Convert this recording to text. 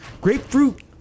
grapefruit